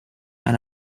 and